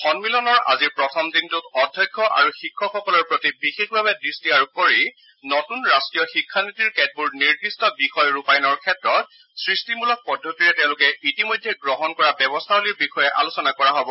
সম্মিলনৰ আজিৰ প্ৰথম দিনটোত অধ্যক্ষ আৰু শিক্ষকসকলৰ প্ৰতি বিশেষভাৱে দৃষ্টি আৰোপ কৰি নতুন ৰাষ্টীয় শিক্ষা নীতিৰ কেতবোৰ নিৰ্দিষ্ট বিষয় ৰূপায়ণৰ ক্ষেত্ৰত সৃষ্টিমূলক পদ্ধতিৰে তেওঁলোকে ইতিমধ্যে গ্ৰহণ কৰা ব্যৱস্থাৱলীৰ বিষয়ে আলোচনা কৰা হব